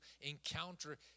encounter